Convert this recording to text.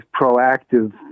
proactive